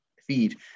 feed